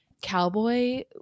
cowboy